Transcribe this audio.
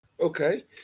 Okay